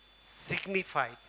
signified